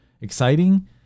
Exciting